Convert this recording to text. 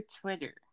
Twitter